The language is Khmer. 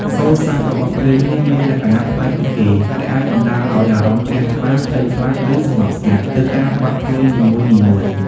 សូរ្យស័ព្ទរបស់ភ្លេងនេះមានលក្ខណៈប្លែកពីគេ ដែលអាចបណ្ដាលឱ្យអារម្មណ៍ជ្រះថ្លា ភ័យខ្លាច ឬស្ងប់ស្ងាត់ ទៅតាមបទភ្លេងនីមួយៗ។